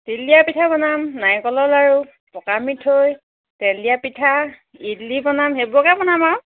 তিল দিয়া পিঠা বনাম নাৰিকলৰ লাৰু পকা মিঠৈ তেল দিয়া পিঠা ইডলি বনাম সেইবোৰকে বনাম আৰু